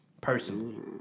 Personally